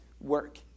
work